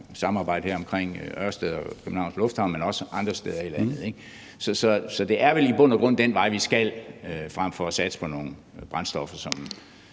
samarbejdet her omkring Ørsted og Københavns Lufthavn, men også andre steder i landet. Så det er vel i bund og grund den vej, vi skal, frem for at satse på nogle brændstoffer, som